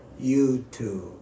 YouTube